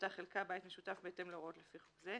באותה חלקה בית משותף בהתאם להוראות לפי חוק זה.